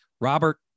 Robert